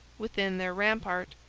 within their rampart.